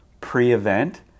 pre-event